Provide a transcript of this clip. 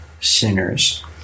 sinners